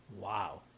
Wow